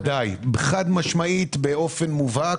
בוודאי, חד-משמעית באופן מובהק.